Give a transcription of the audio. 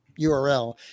URL